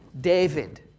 David